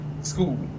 school